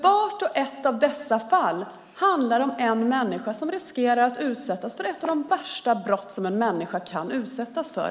Vart och ett av dessa fall handlar nämligen om människor som riskerar att utsättas för ett av de värsta brott som en människa kan utsättas för.